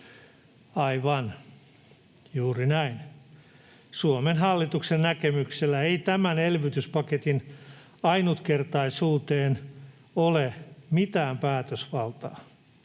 Aivan, juuri näin, Suomen hallituksen näkemyksellä ei tämän elvytyspaketin ainutkertaisuuteen ole mitään päätösvaltaa,